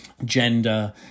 Gender